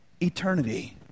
eternity